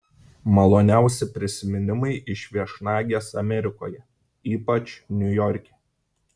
maloniausi prisiminimai iš viešnagės amerikoje ypač niujorke